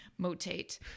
Motate